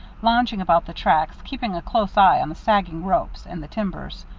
lounging about the tracks, keeping a close eye on the sagging ropes and the timbers.